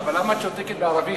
אבל למה את שותקת בערבית?